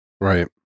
Right